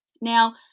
Now